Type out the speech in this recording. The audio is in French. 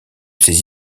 ses